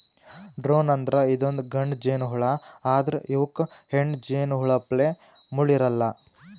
drone ಅಂದ್ರ ಇದೊಂದ್ ಗಂಡ ಜೇನಹುಳಾ ಆದ್ರ್ ಇವಕ್ಕ್ ಹೆಣ್ಣ್ ಜೇನಹುಳಪ್ಲೆ ಮುಳ್ಳ್ ಇರಲ್ಲಾ